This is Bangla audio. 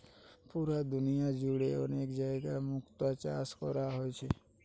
পুরা দুনিয়া জুড়ে অনেক জাগায় মুক্তো চাষ কোরা হচ্ছে